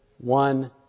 one